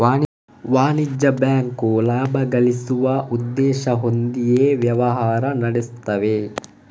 ವಾಣಿಜ್ಯ ಬ್ಯಾಂಕು ಲಾಭ ಗಳಿಸುವ ಉದ್ದೇಶ ಹೊಂದಿಯೇ ವ್ಯವಹಾರ ನಡೆಸ್ತವೆ